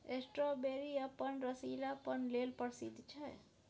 strawberry अपन रसीलापन लेल प्रसिद्ध छै